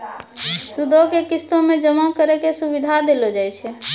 सूदो के किस्तो मे जमा करै के सुविधा देलो जाय छै